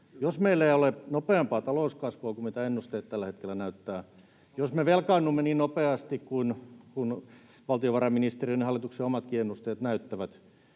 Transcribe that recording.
Jos meillä ei ole nopeampaa talouskasvua kuin mitä ennusteet tällä hetkellä näyttävät, jos me velkaannumme niin nopeasti kuin mitä valtiovarainministeriön ja hallituksen omatkin ennusteet näyttävät,